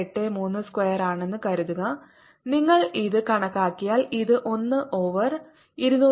83 സ്ക്വയറാണെന്ന് കരുതുക നിങ്ങൾ ഇത് കണക്കാക്കിയാൽ ഇത് 1 ഓവർ 270 വരും